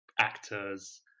actors